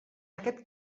aquest